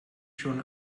schon